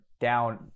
down